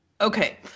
okay